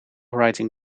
writing